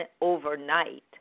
overnight